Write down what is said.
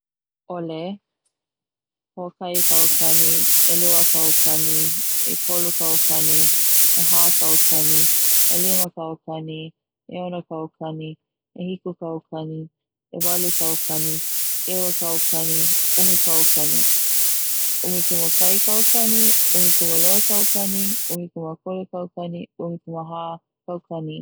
'Ole, ho'okahikaukani, 'eluakaukani, 'ekolukaukani, 'ehakaukani, 'elimakaukani, 'eonokaukani, 'ehikukaukani, 'ewalukaukani, ''eiwakaukani, 'umikaukani 'umikumakahi kaukani, 'umikumalua kaukani, 'umikumakolu kaukani, 'umikumaha kaukani.